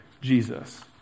Jesus